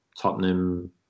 Tottenham